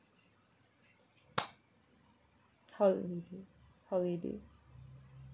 holiday holiday